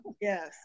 Yes